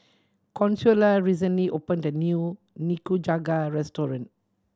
Consuela recently opened a new Nikujaga restaurant